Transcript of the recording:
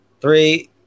Three